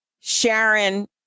Sharon